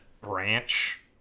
branch